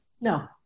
No